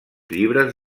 llibres